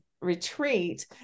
retreat